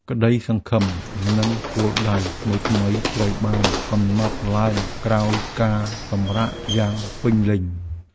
ក្ដីសង្ឃឹម និងគោលដៅថ្មីៗត្រូវបានកំណត់ឡើងក្រោយការសម្រាកយ៉ាងពេញលេញ។